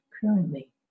currently